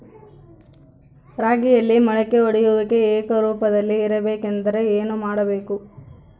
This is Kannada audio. ರಾಗಿಯಲ್ಲಿ ಮೊಳಕೆ ಒಡೆಯುವಿಕೆ ಏಕರೂಪದಲ್ಲಿ ಇರಬೇಕೆಂದರೆ ಏನು ಮಾಡಬೇಕು?